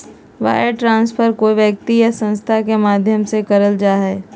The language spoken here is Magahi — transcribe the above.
वायर ट्रांस्फर कोय व्यक्ति या संस्था के माध्यम से करल जा हय